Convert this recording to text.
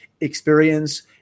experience